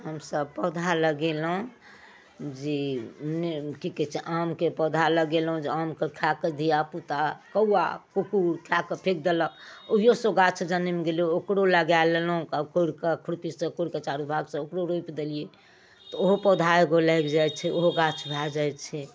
हमसभ पौधा लगेलहुँ जे कि कहै छै आमके पौधा लगेलहुँ जे आमके खाकऽ धिआपुता कौआ कुकुर खाकऽ फेकि देलक ओहिओसँ गाछ जनमि गेलै ओकरो लगा लेलहुँ कोड़िकऽ खुरपीसँ कोड़िकऽ चारू भागसँ ओकरो रोपि देलिए तऽ ओहो पौधा एगो लागि जाइ छै ओहो गाछ भऽ जाइ छै